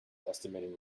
estimating